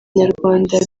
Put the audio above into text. nyarwanda